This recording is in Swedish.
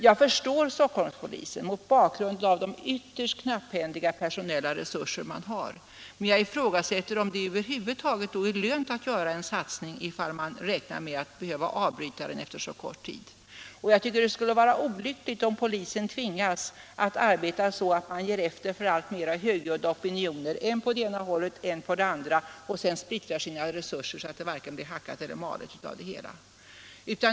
Jag förstår Stockholmspolisen mot bakgrund av de ytterst knapphändiga personella resurser man har där. Men jag ifrågasätter om det över huvud taget är lönt att göra en satsning om man räknar med att behöva avbryta den efter så kort tid. Det skulle vara olyckligt om polisen tvingas arbeta så att man ger efter för alltmer högljudda opinioner, än på det ena hållet och än på det andra, och sedan splittrar resurserna så det blir varken hackat eller malet av det hela.